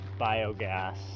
biogas